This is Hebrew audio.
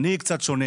אני קצת שונה.